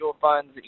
funds